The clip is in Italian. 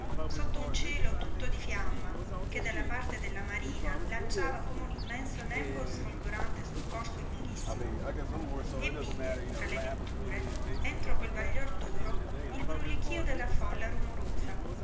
sotto un cielo tutto di fiamma che dalla parte della marina lanciava come un immenso nembo sfolgorante sul corso lunghissimo e vide tra le vetture entro quel baglior d'oro il brulichío della folla rumorosa